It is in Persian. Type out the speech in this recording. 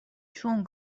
چون